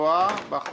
גבוהה בהכנסות.